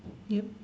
yup